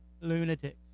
Lunatics